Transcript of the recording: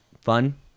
Fun